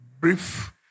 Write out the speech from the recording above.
brief